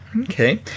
Okay